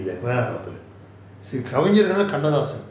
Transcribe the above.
see கவிஞர் னா:kavingnar naa kannadhasan